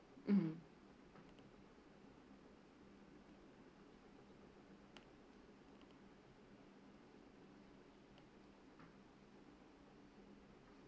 mm